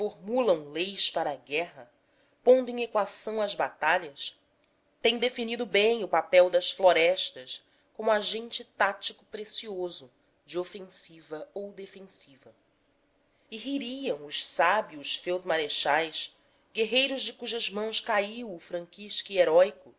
formulam leis para a guerra pondo em equação as batalhas têm definido bem o papel das florestas como agente tático precioso de ofensiva ou defensiva e ririam os sábios feldmarechais guerreiros de cujas mãos caiu o franquisque heróico